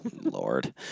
Lord